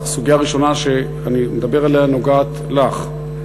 הסוגיה הראשונה שאני מדבר עליה נוגעת לך,